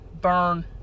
burn